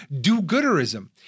do-gooderism